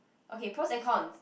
okay pros and cons